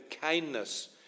kindness